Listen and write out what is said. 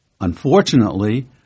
Unfortunately